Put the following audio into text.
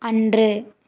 அன்று